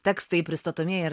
tekstai pristatomieji ir